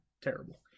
terrible